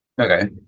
Okay